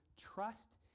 Trust